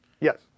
Yes